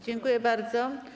Dziękuję bardzo.